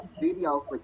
video